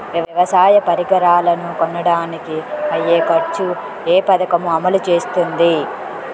వ్యవసాయ పరికరాలను కొనడానికి అయ్యే ఖర్చు ఏ పదకము అమలు చేస్తుంది?